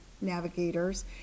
navigators